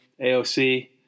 AOC